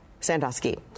Sandusky